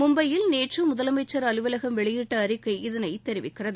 மும்பையில் நேற்று முதலமைச்சர் அலுவலகம் வெளியிட்ட அறிக்கை இதனை தெரிவிக்கிறது